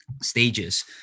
stages